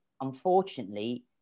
unfortunately